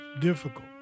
difficult